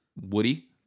woody